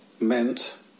meant